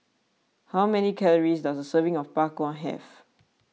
how many calories does a serving of Bak Kwa have